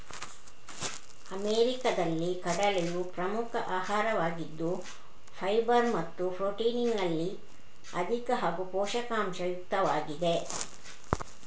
ಅಮೆರಿಕಾದಲ್ಲಿ ಕಡಲೆಯು ಪ್ರಮುಖ ಆಹಾರವಾಗಿದ್ದು ಫೈಬರ್ ಮತ್ತು ಪ್ರೊಟೀನಿನಲ್ಲಿ ಅಧಿಕ ಹಾಗೂ ಪೋಷಕಾಂಶ ಯುಕ್ತವಾಗಿದೆ